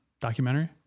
documentary